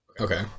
Okay